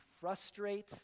frustrate